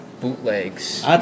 bootlegs